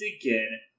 again